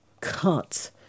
cut